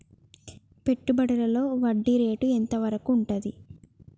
పెట్టుబడులలో వడ్డీ రేటు ఎంత వరకు ఉంటది?